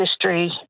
history